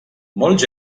molts